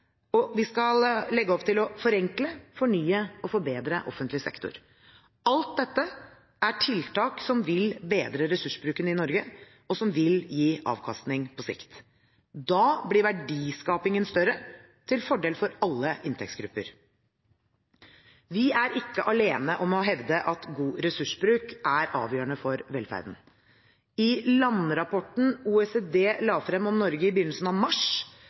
og vi skal legge opp til å forenkle, fornye og forbedre offentlig sektor. Alt dette er tiltak som vil bedre ressursbruken i Norge, og som vil gi avkastning på sikt. Da blir verdiskapingen større – til fordel for alle inntektsgrupper. Vi er ikke alene om å hevde at god ressursbruk er avgjørende for velferden. I landrapporten OECD la frem om Norge i begynnelsen av mars,